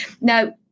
Now